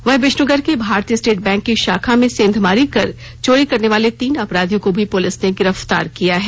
वहीं विष्णुगढ़ के भारतीय स्टेट बैंक की शाखा में सेंधमारी कर चोरी करने वाले तीन अपराधियों को भी पुलिस ने गिरफ्तार किया है